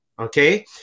okay